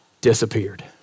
disappeared